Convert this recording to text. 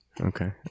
Okay